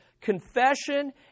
Confession